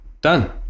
Done